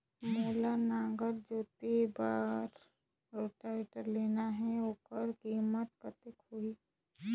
मोला नागर जोते बार रोटावेटर लेना हे ओकर कीमत कतेक होही?